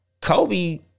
Kobe